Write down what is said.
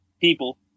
people